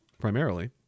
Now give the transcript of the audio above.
primarily